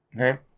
Okay